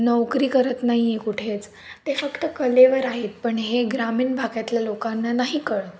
नोकरी करत नाही आहे कुठेच ते फक्त कलेवर आहेत पण हे ग्रामीण भागातल्या लोकांना नाही कळत